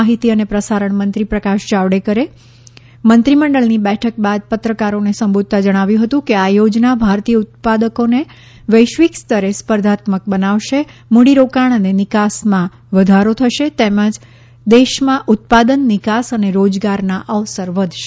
માહિતી અને પ્રસારણ મંત્રી પ્રકાશ જાવડેકરે મંત્રીમંડળની બેઠક બાદ પત્રકારોને સંબોધતા જણાવ્યું હતું કે આ યોજના ભારતીય ઉત્પાદકોને વૈશ્વિક સ્તરે સ્પર્ધાત્મક બનાવશે મૂડીરોકાણ અને નિકાસમાં વધારો થશે તેમજ દેશમાં ઉત્પાદન નિકાસ અને રોજગારના અવસર વધશે